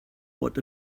what